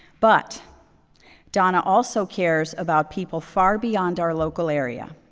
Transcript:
but donna also cares about people far beyond our local area.